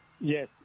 yes